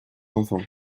enfants